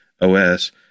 OS